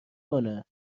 کنه